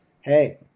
hey